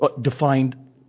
Defined